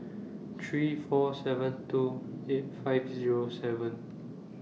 three four seven two eight five Zero seven